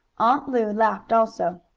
aunt lu laughed also.